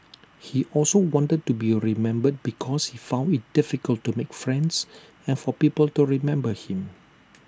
he also wanted to be remembered because he found IT difficult to make friends and for people to remember him